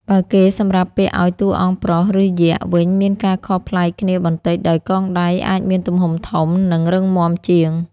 បើគេសម្រាប់ពាក់ឲ្យតួអង្គប្រុសឬយក្សវិញមានការខុសប្លែកគ្នាបន្តិច ដោយកងដៃអាចមានទំហំធំ និងរឹងមាំជាង។